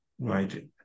right